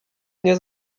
nie